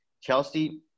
Chelsea